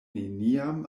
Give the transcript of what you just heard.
neniam